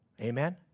Amen